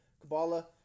Kabbalah